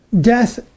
death